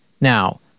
Now